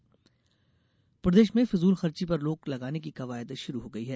फिजूलखर्ची रोक प्रदेश में फिजूलखर्ची पर रोक लगाने की कवायद शुरू हो गई है